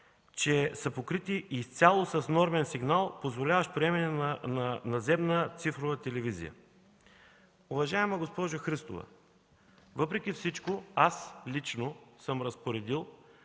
че са покрити изцяло с нормен сигнал, позволяващ приемане на наземна цифрова телевизия. Уважаема госпожо Христова, въпреки всичко, аз лично съм разпоредил